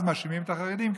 ואז מאשימים את החרדים,